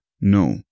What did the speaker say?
No